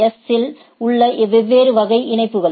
S இல் உள்ள வெவ்வேறு வகை இணைப்புகள்